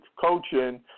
coaching